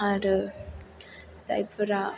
आरो जायफोरा